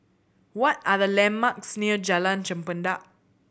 what are the landmarks near Jalan Chempedak